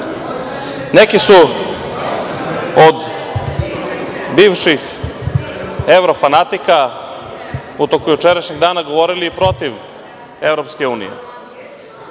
Neki su od bivših evrofanatika, u toku jučerašnjeg dana govorili protiv EU. Meni nije